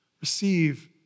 receive